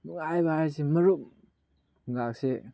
ꯅꯨꯡꯉꯥꯏꯕ ꯍꯥꯏꯁꯦ ꯃꯔꯨꯞꯀꯁꯦ